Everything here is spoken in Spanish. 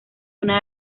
una